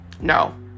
No